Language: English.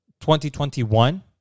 2021